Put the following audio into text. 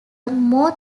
more